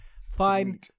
Fine